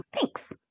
Thanks